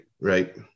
right